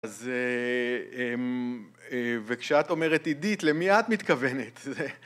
אז וכשאת אומרת עידית למי את מתכוונת